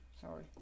Sorry